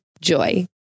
Joy